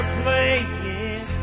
playing